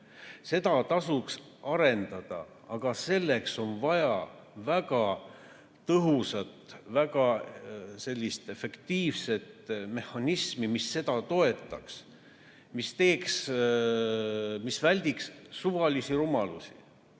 seda tasuks arendada, aga selleks on vaja väga tõhusat, väga efektiivset mehhanismi, mis seda toetaks ja väldiks suvalisi rumalusi.